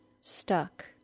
stuck